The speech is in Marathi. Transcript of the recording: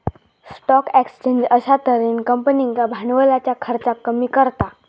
स्टॉक एक्सचेंज अश्या तर्हेन कंपनींका भांडवलाच्या खर्चाक कमी करता